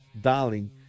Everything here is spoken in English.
darling